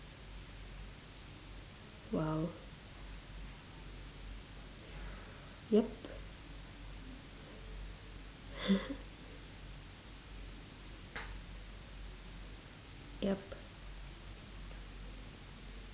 !wow! yup yup